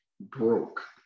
broke